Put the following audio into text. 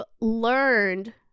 learned